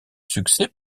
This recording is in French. succès